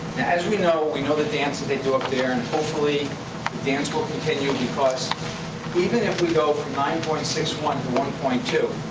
as we know, we know the dance that they do up there, and hopefully the dance will continue. because even if we go from nine point six one to one point two,